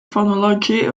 phonology